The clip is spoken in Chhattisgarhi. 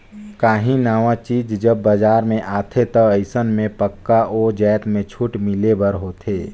काहीं नावा चीज जब बजार में आथे ता अइसन में पक्का ओ जाएत में छूट मिले बर होथे